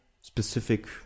specific